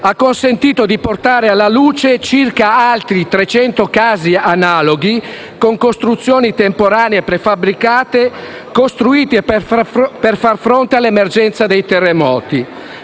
ha consentito di portare alla luce circa altri trecento casi analoghi, con costruzioni temporanee prefabbricate costruite per far fronte all'emergenza dei terremoti: